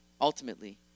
ultimately